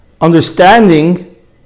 Understanding